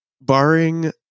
barring